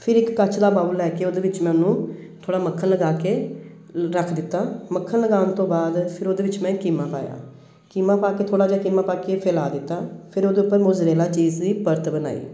ਫਿਰ ਇੱਕ ਕੱਚ ਦਾ ਬਾਊਲ ਲੈ ਕੇ ਉਹਦੇ ਵਿੱਚ ਮੈਂ ਉਹਨੂੰ ਥੋੜ੍ਹਾ ਮੱਖਣ ਲਗਾ ਕੇ ਰੱਖ ਦਿੱਤਾ ਮੱਖਣ ਲਗਾਉਣ ਤੋਂ ਬਾਅਦ ਫਿਰ ਉਹਦੇ ਵਿੱਚ ਮੈਂ ਕੀਮਾ ਪਾਇਆ ਕੀਮਾ ਪਾ ਕੇ ਥੋੜ੍ਹਾ ਜਿਹਾ ਕੀਮਾ ਪਾ ਕੇ ਫੈਲਾਅ ਦਿੱਤਾ ਫਿਰ ਉਹਦੇ ਉੱਪਰ ਮੋਜ਼ਰੇਲਾ ਚੀਜ਼ ਦੀ ਪਰਤ ਬਣਾਈ